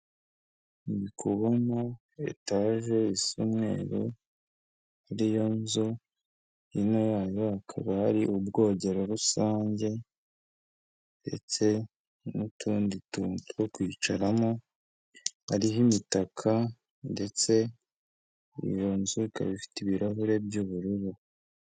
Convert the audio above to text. Ndi kubona etaje isa umweru, iyo nzu hino yayo hakaba hari ubwogero rusange ndetse n'utundi tuntu two kwicaramo, hariho imitaka ndetse iyo nzu ikaba ifite ibirahure by'ubururu.